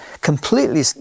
completely